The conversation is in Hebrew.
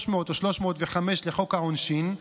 300 או 305 לחוק העונשין,